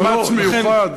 זה מאמץ מיוחד,